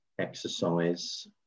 exercise